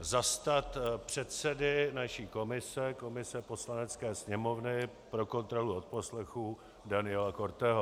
zastat předsedy naší komise, komise Poslanecké sněmovny pro kontrolu odposlechů, Daniela Korteho.